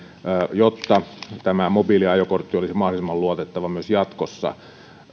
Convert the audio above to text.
jotta tämä mobiiliajokortti olisi mahdollisimman luotettava myös jatkossa